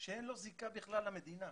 שאין לו זיקה בכלל למדינה,